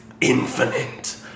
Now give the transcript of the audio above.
infinite